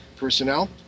Personnel